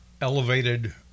elevated